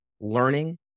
learning